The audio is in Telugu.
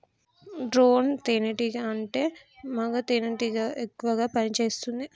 డ్రోన్ తేనే టీగా అంటే మగ తెనెటీగ ఎక్కువ పని చేస్తుంది